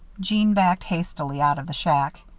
jeanne backed hastily out of the shack.